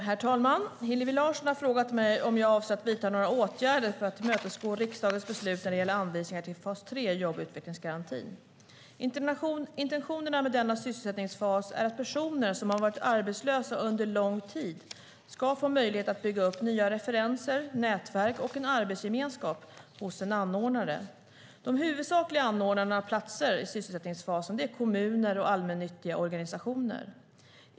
Herr talman! Hillevi Larsson har frågat mig om jag avser att vidta några åtgärder för att tillmötesgå riksdagens beslut när det gäller anvisningar till fas 3 i jobb och utvecklingsgarantin. Intentionerna med denna sysselsättningsfas är att personer som varit arbetslösa under lång tid ska få möjlighet att bygga upp nya referenser, nätverk och en arbetsgemenskap hos en anordnare. De huvudsakliga anordnarna av platser i sysselsättningsfasen är kommuner och allmännyttiga organisationer.